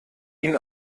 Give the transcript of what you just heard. ihn